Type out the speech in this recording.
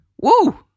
Woo